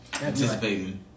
anticipating